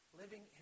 living